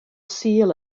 sul